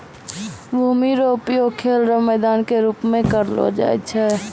भूमि रो उपयोग खेल रो मैदान के रूप मे भी करलो जाय छै